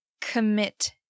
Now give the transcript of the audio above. commit